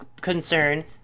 concern